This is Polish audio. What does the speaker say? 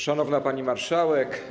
Szanowna Pani Marszałek!